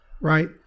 right